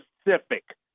specific